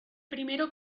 primero